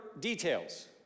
details